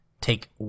take